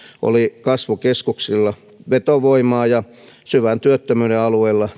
oli kasvukeskuksilla vetovoimaa ja syvän työttömyyden alueilla